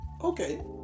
Okay